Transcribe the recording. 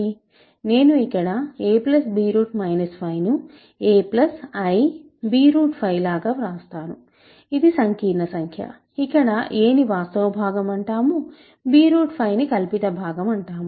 నేను ఇక్కడ a b 5 ను a ib5 లాగా వ్రాస్తాను ఇది సంకీర్ణ సంఖ్య ఇక్కడ a ని వాస్తవ భాగం అంటాము b5 ని కల్పిత భాగం అంటాము